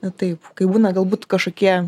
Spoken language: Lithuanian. na taip kaip būna galbūt kažkokie